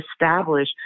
establish